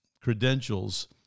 credentials